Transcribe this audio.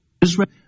Israel